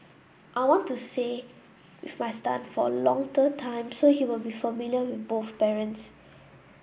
I want to say with my son for a time so he will be familiar with both parents